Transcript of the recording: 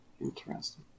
interesting